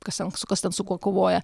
kas ten su kas ten su kuo kovoja